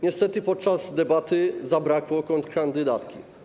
Niestety podczas debaty zabrakło kontrkandydatki.